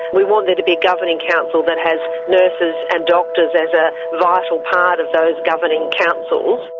we want there to be governing councils that have nurses and doctors as a vital part of those governing councils.